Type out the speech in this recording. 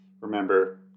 Remember